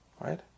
right